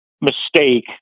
mistake